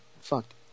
fucked